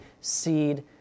seed